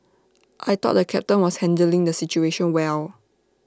I thought the captain was handling the situation well